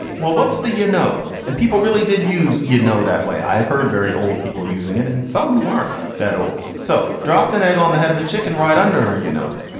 what's the you know. and people really did use, you know, that way. i've heard very old people using it and some who aren't that old. so dropped an egg on the head of a chicken right under her. you know,